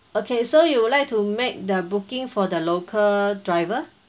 okay so you would like to make the booking for the local driver